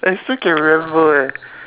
I still can remember eh